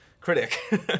critic